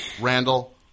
Randall